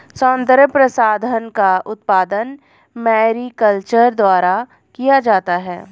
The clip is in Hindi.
सौन्दर्य प्रसाधन का उत्पादन मैरीकल्चर द्वारा किया जाता है